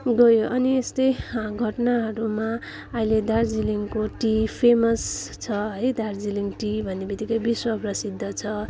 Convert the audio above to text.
गयो अनि यस्तै घटनाहरूमा अहिले दार्जिलिङको टी फेमस छ है दार्जिलिङ टी भन्नेबित्तिकै विश्व प्रसिद्ध छ